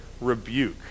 rebuke